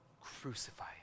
crucify